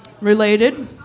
related